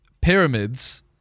Pyramids